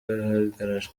ruhagarara